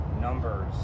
numbers